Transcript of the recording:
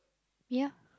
yup